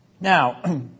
Now